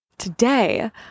today